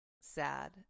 sad